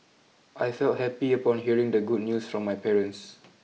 I felt happy upon hearing the good news from my parents